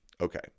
Okay